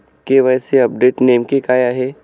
KYC update नेमके काय आहे?